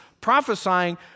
prophesying